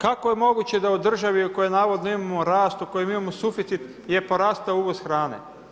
Kako je moguće da u državi u kojoj navodno imamo rast, u kojoj imamo suficit, je porastao uvoz hrane.